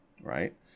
Right